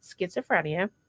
schizophrenia